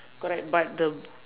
correct but the